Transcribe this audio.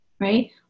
right